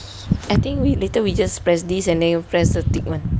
I think we later we just press this and then press the tick [one]